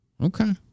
Okay